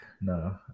No